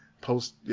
post